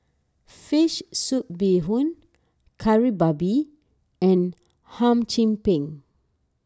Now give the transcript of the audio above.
Fish Soup Bee Hoon Kari Babi and Hum Chim Peng